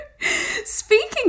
Speaking